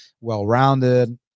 well-rounded